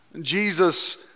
Jesus